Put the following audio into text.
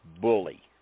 bully